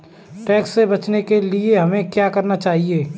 Tax से बचने के लिए हमें क्या करना चाहिए?